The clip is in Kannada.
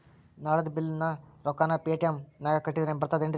ನಳದ್ ಬಿಲ್ ರೊಕ್ಕನಾ ಪೇಟಿಎಂ ನಾಗ ಕಟ್ಟದ್ರೆ ಬರ್ತಾದೇನ್ರಿ?